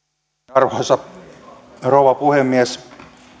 arvoisa rouva puhemies